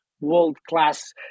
world-class